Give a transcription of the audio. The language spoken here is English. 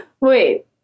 Wait